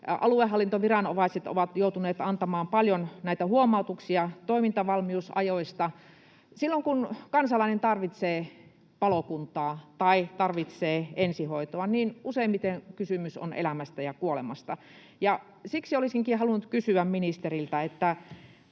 Aluehallintoviranomaiset ovat joutuneet antamaan paljon näitä huomautuksia toimintavalmiusajoista. Silloin kun kansalainen tarvitsee palokuntaa tai tarvitsee ensihoitoa, niin useimmiten kysymys on elämästä ja kuolemasta. Ja siksi olisinkin halunnut kysyä ministeriltä: